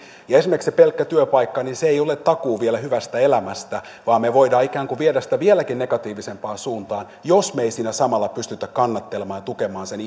ja esimerkiksi se pelkkä työpaikka ei ole takuu vielä hyvästä elämästä vaan me voimme ikään kuin viedä sitä vieläkin negatiivisempaan suuntaan jos me emme siinä samalla pysty kannattelemaan ja tukemaan sen